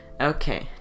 Okay